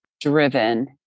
driven